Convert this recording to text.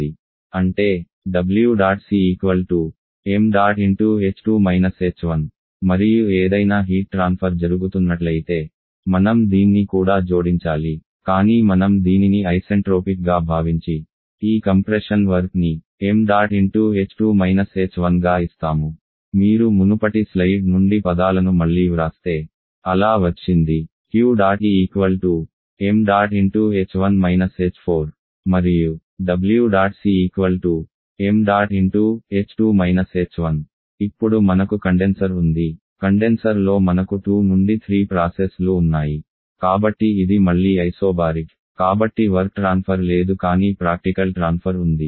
అంటే ẆC ṁ మరియు ఏదైనా హీట్ ట్రాన్ఫర్ జరుగుతున్నట్లయితే మనం దీన్ని కూడా జోడించాలి కానీ మనం దీనిని ఐసెంట్రోపిక్గా భావించి ఈ కంప్రెషన్ వర్క్ ని ఇలా ఇస్తాము ṁ మీరు మునుపటి స్లయిడ్ నుండిపదాలను మళ్లీ వ్రాస్తే అలా వచ్చింది Q̇̇E ṁ మరియు ẆC ṁ ఇప్పుడు మనకు కండెన్సర్ ఉంది కండెన్సర్లో మనకు 2 నుండి 3 ప్రాసెస్ లు ఉన్నాయి కాబట్టి ఇది మళ్లీ ఐసోబారిక్ కాబట్టి వర్క్ ట్రాన్ఫర్ లేదు కానీ ప్రాక్టికల్ ట్రాన్ఫర్ ఉంది